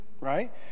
right